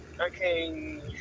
Okay